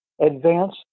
advance